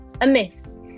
amiss